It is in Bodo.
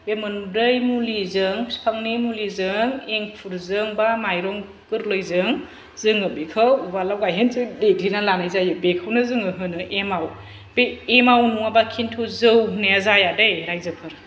बे मोनब्रै मुलिजों बिफांनि मुलिजों इंखुरजों बा मायरं गोरलैजों जोङो बिखौ उवालाव गायहेनजों देग्लिना लानाय जायो बेखौनो जोङो होनो एमाव बे एमाव नङाबा खिन्थु जै होनाया जाया दे रायजोफोर